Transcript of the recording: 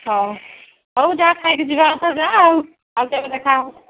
ହଁ ହଉ ଯାହା ଖାଇକି ଯିବା କଥା ଯା ଆଉ କେବେ ଦେଖା ହେବ